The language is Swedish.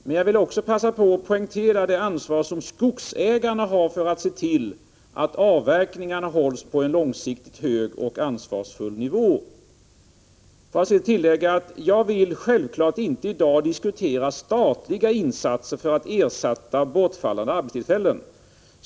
Men jag vill också passa på att poängtera det ansvar som skogsägarna har för att se till att avverkningarna hålls på en långsiktigt hög och ansvarsfull nivå. Låt mig tillägga att jag självfallet inte i dag vill diskutera statliga insatser för att ersätta bortfall av arbetstillfällen.